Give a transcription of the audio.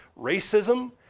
racism